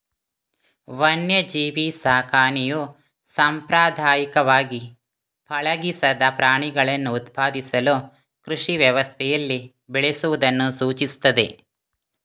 ವನ್ಯಜೀವಿ ಸಾಕಣೆಯು ಸಾಂಪ್ರದಾಯಿಕವಾಗಿ ಪಳಗಿಸದ ಪ್ರಾಣಿಗಳನ್ನು ಉತ್ಪಾದಿಸಲು ಕೃಷಿ ವ್ಯವಸ್ಥೆಯಲ್ಲಿ ಬೆಳೆಸುವುದನ್ನು ಸೂಚಿಸುತ್ತದೆ